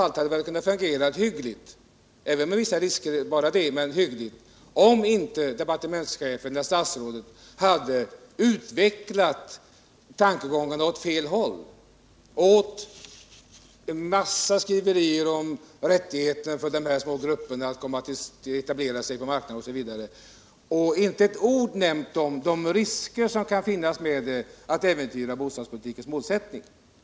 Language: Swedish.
Detta hade väl också kunnat fungera hyggligt — om också med vissa risker — om inte statsrådet hade utvecklat tankegången åt fel håll, om rättigheten för vissa små grupper att etablera sig på marknaden osv., utan att med ett ord nämna de risker som kan vara förenade med att äventyra bostadspolitikens målsättning.